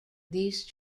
these